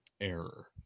error